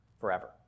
forever